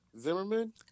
Zimmerman